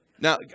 Now